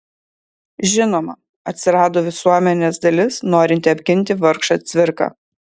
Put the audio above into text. žinoma atsirado visuomenės dalis norinti apginti vargšą cvirką